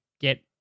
get